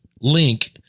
link